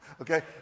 okay